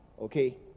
Okay